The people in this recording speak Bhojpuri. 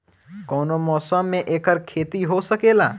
कवनो मौसम में एकर खेती हो सकेला